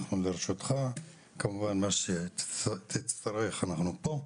אנחנו לרשותך כמובן, מה שתצטרך - אנחנו פה.